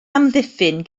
amddiffyn